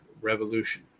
Revolution